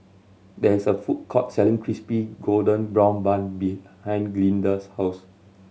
there is a food court selling Crispy Golden Brown Bun behind Glynda's house